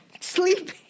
sleep